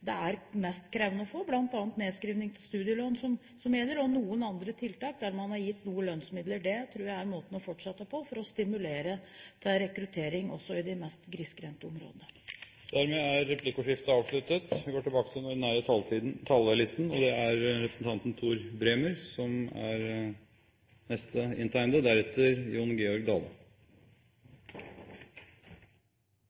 det er mest krevende å få det, bl.a. nedskrivning av studielån og noen andre tiltak, der man har gitt noen lønnsmidler. Det tror jeg er måten å fortsette på for å stimulere til rekruttering også i de mest grisgrendte områdene. Dermed er replikkordskiftet avsluttet. Krisa i Europa må vera bakteppet når me skal staka ut kursen for 2012. Arbeidsløysa er